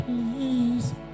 Please